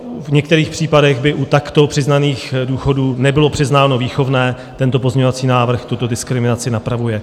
V některých případech by i u takto přiznaných důchodů nebylo přiznáno výchovné, tento pozměňovací návrh tuto diskriminaci napravuje.